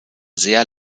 sehr